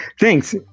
Thanks